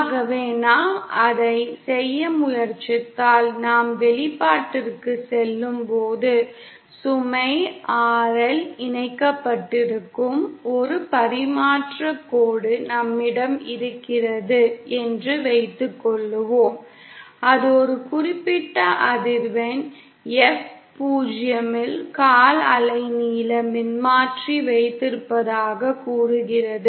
ஆகவே நாம் அதைச் செய்ய முயற்சித்தால் நாம் வெளிப்பாட்டிற்குச் செல்லும்போது சுமை RL இணைக்கப்பட்டிருக்கும் ஒரு பரிமாற்றக் கோடு நம்மிடம் இருக்கிறது என்று வைத்துக் கொள்வோம் அது ஒரு குறிப்பிட்ட அதிர்வெண் F 0 இல் கால் அலைநீள மின்மாற்றி வைத்திருப்பதாகக் கூறுகிறது